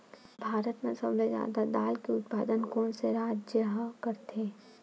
भारत मा सबले जादा दाल के उत्पादन कोन से राज्य हा करथे?